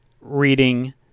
reading